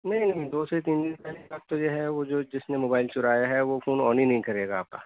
نہیں نہیں دو سے تین دن پہلی بات تو یہ ہے وہ جو جس نے موبائل چرایا ہے وہ فون آن ہی نہیں کرے گا آپ کا